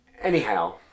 Anyhow